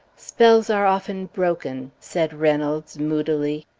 spells are often broken, said reynolds, moodily.